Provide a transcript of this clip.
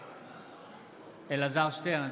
נגד אלעזר שטרן,